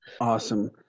Awesome